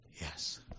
Yes